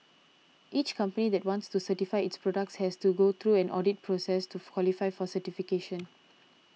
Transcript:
each company that wants to certify its products has to go through an audit process to qualify for certification